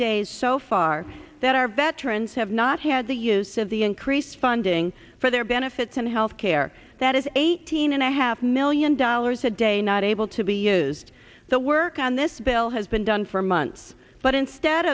days so far that our veterans have not had the use of the increased funding for their benefits and health care that is eighteen and a half million dollars a day not able to be used the work on this bill has been done for months but instead